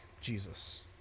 Jesus